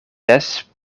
des